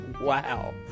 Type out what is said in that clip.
wow